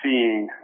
Seeing